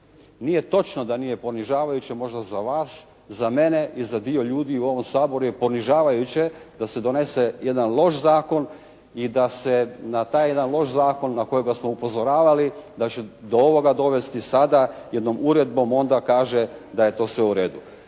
nije točno da nije ponižavajuće možda za vas, za mene i za dio ljudi u ovom Saboru je ponižavajuće da se donese jedan loš zakon i da se na taj jedan loš zakon na kojega smo upozoravali da će do ovoga dovesti sada, jednom uredbom onda kaže da je to sve u redu.